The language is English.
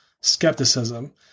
skepticism